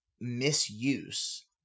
misuse